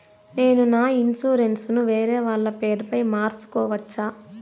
నేను నా ఇన్సూరెన్సు ను వేరేవాళ్ల పేరుపై మార్సుకోవచ్చా?